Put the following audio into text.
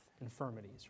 Infirmities